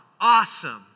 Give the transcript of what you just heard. awesome